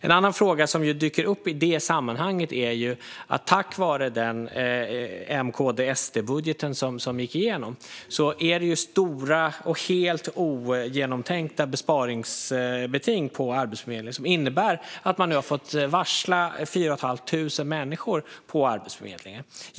En annan fråga som dyker upp i det sammanhanget är att på grund av den budget som M, KD och SD fick igenom har Arbetsförmedlingen fått stora och helt ogenomtänkta sparbeting som innebär att man nu har fått varsla 4 500 personer.